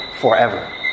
forever